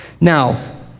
Now